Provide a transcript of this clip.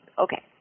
okay